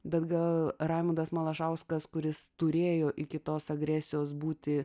bet gal raimundas malašauskas kuris turėjo iki tos agresijos būti